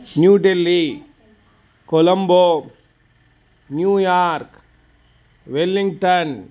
new Delhi Colombo New York Wellington